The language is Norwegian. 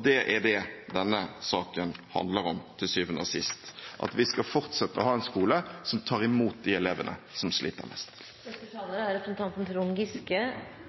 Det er det denne saken handler om til syvende og sist, at vi skal fortsette å ha en skole som tar imot de elevene som sliter